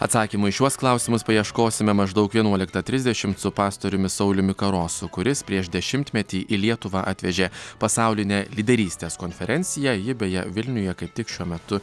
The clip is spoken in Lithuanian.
atsakymų į šiuos klausimus paieškosime maždaug vienuoliktą trisdešimt su pastoriumi sauliumi karosu kuris prieš dešimtmetį į lietuvą atvežė pasaulinę lyderystės konferenciją ji beje vilniuje kaip tik šiuo metu